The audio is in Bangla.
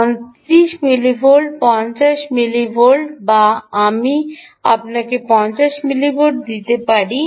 30 মিলিভোল্ট 50 মিলিভোল্ট আমি আপনাকে 50 মিলিভোল্ট দিতে পারি